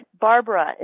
Barbara